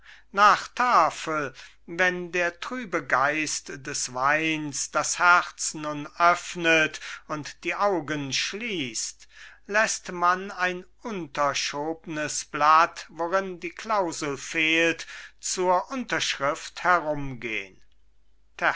nach tafel wenn der trübe geist des weins das herz nun öffnet und die augen schließt läßt man ein unterschobnes blatt worin die klausel fehlt zur unterschrift herumgehn